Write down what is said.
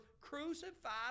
crucified